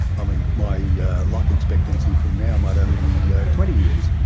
i mean, my yeah life expectancy from now might only be yeah twenty years.